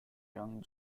young